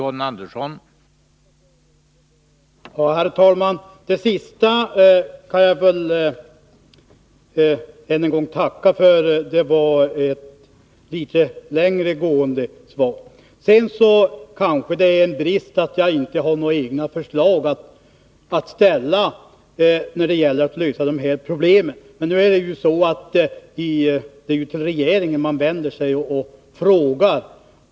Herr talman! Den senaste upplysningen kan jag också tacka för — det var den i Västerbotten ett litet längre gående svar. för handikappade Det kanske är en brist att jag inte har några egna förslag till åtgärder för att», fl. lösa dessa problem. Men det är ju till regeringen man vänder sig och frågar.